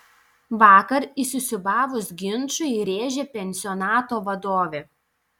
vakar įsisiūbavus ginčui rėžė pensionato vadovė